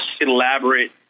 elaborate